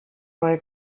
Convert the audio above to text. neue